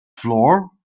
floor